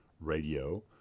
radio